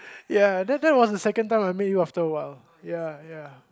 ya that that was the second time I met you after a while ya ya